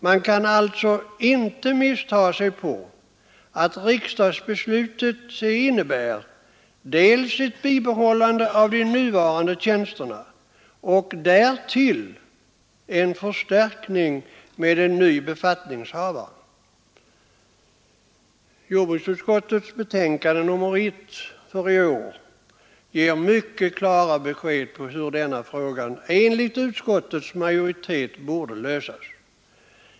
Man kan alltså inte missta sig på att riksdagsbeslutet innebär dels ett bibehållande av de nuvarande tjänsterna, dels en förstärkning med en ny befattningshavare. Jordbruksutskottets betänkande nr 1 för i år ger mycket klart besked om hur denna fråga enligt utskottets majoritet borde lösas.